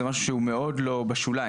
זה משהו שהוא מאוד לא בשוליים.